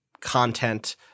content